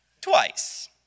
twice